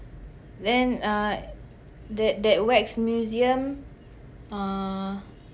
then uh that that wax museum uh